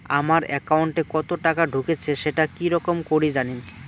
আমার একাউন্টে কতো টাকা ঢুকেছে সেটা কি রকম করি জানিম?